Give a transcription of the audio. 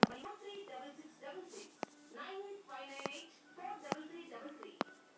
ఒక వ్యక్తి ఎన్ని సామాజిక రంగ పథకాలకు అర్హులు?